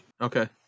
Okay